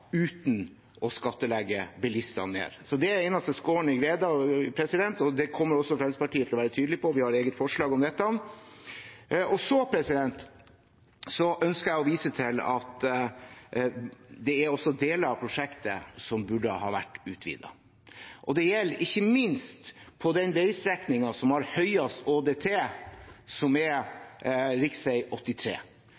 uten å skattlegge bilistene mer. Så det er eneste skår i gleden, og det kommer Fremskrittspartiet til å være tydelig på; vi har eget forslag om dette. Så ønsker jeg å vise til at det er også deler av prosjektet som burde ha vært utvidet. Det gjelder ikke minst på den veistrekningen som har høyest ÅDT, som er